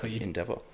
endeavor